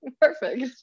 perfect